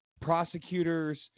prosecutors